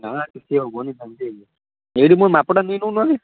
ନା କିଛି ହେବନି ଖାଲି ଏଇଟି ମୋ ମାପଟା ନେଇନଉନ ହେ